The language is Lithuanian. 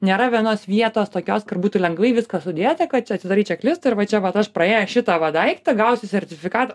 nėra vienos vietos tokios kur būtų lengvai viskas sudėta kad čia atsidarei čeklistą ir va čia vat aš praėjęs šitą va daiktą gausiu sertifikatą